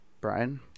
Brian